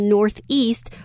Northeast